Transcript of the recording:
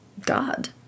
God